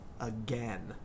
again